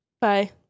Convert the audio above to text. Bye